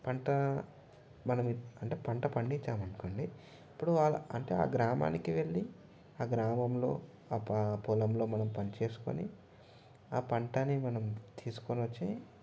పంట మనం అంటే పంట పండించాలి అనుకోండి ఇప్పుడు ఆ అంటే గ్రామానికి వెళ్ళి ఆ గ్రామంలో ఆ ప పొలంలో మనం పని చేసుకోని ఆ పంటని మనం తీసుకోని వచ్చి